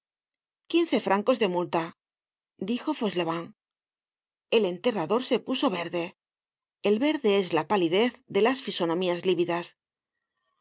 quince francos de multa dijo fauchelevent el enterrador se puso verde el verde es la palidez de las fisonomías lívidas ay